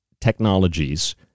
technologies